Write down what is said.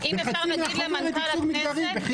וחצי מהחוברת ייצוג מגדרי.